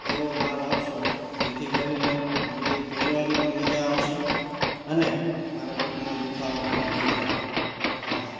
એવો માલ આપશો જેથી કરીને મને એ પહેરવાની પણ મજા આવશે અને મારા પગમાં દુઃખાવો પણ નહીં થાય આભાર